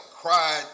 cried